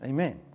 Amen